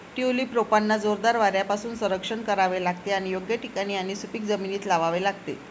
tulip रोपांना जोरदार वाऱ्यापासून संरक्षण करावे लागते आणि योग्य ठिकाणी आणि सुपीक जमिनीत लावावे लागते